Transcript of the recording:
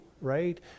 right